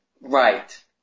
Right